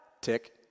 tick